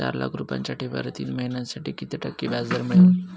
चार लाख रुपयांच्या ठेवीवर तीन महिन्यांसाठी किती टक्के व्याजदर मिळेल?